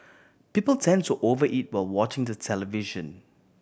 people tend to over eat while watching the television